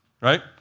right